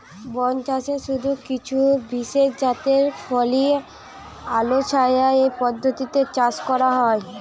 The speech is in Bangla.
বনচাষে শুধু কিছু বিশেষজাতের ফসলই আলোছায়া এই পদ্ধতিতে চাষ করা হয়